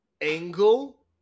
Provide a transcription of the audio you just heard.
angle